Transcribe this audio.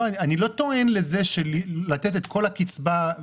אני לא טוען לזה שלתת את כל הקצבה.